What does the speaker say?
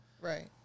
Right